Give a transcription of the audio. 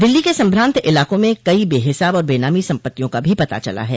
दिल्ली के संभ्रात इलाकों में कई बेहिसाब और बेनामी संपत्तियों का भी पता चला है